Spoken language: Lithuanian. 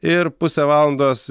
ir pusę valandos